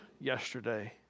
yesterday